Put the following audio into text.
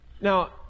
Now